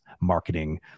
marketing